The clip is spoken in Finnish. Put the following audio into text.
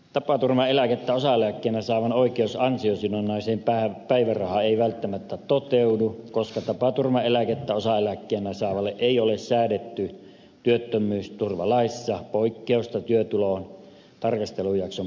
tapaturmaeläkettä osaeläkkeenä saavan oikeus ansiosidonnaiseen päivärahaan ei välttämättä toteudu koska tapaturmaeläkettä osaeläkkeenä saavalle ei ole säädetty työttömyysturvalaissa poikkeusta työtulon tarkastelujakson pidennykselle